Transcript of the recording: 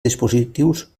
dispositius